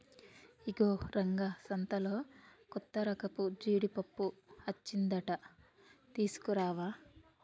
ఇగో రంగా సంతలో కొత్తరకపు జీడిపప్పు అచ్చిందంట తీసుకురావా